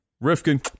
Rifkin